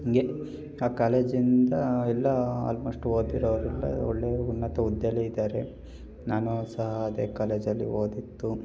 ಹಿಂಗೆ ಆ ಕಾಲೇಜಿಂದ ಎಲ್ಲ ಆಲ್ಮೋಸ್ಟು ಓದಿರೋರೆಲ್ಲ ಒಳ್ಳೆಯ ಉನ್ನತ ಹುದ್ದೆಯಲ್ಲೇ ಇದ್ದಾರೆ ನಾನೂ ಸಹ ಅದೇ ಕಾಲೇಜಲ್ಲಿ ಓದಿದ್ದು